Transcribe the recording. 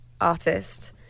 artist